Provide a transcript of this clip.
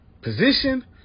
position